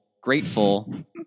grateful